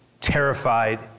terrified